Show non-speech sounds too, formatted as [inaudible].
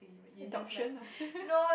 adoption ah [laughs]